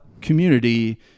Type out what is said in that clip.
community